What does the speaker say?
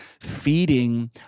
feeding